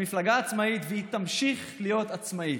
המפלגה עצמאית והיא תמשיך להיות עצמאית.